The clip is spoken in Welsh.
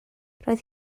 roedd